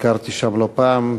ביקרתי שם לא פעם.